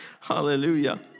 Hallelujah